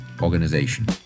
organization